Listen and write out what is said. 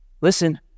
Listen